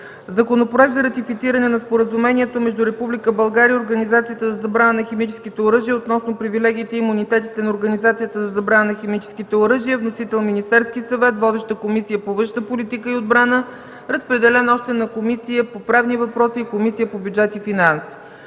Законопроект за ратифициране на Споразумението между Република България и Организацията за забрана на химическите оръжия относно привилегиите и имунитетите на Организацията за забрана на химическите оръжия. Вносител - Министерският съвет. Водеща е Комисията по външна политика и отбрана. Разпределен е още на Комисията по правни въпроси и на Комисията по бюджет и финанси.